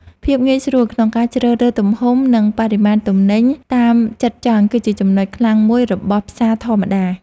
ភាពងាយស្រួលក្នុងការជ្រើសរើសទំហំនិងបរិមាណទំនិញតាមចិត្តចង់គឺជាចំណុចខ្លាំងមួយរបស់ផ្សារធម្មតា។